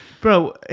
bro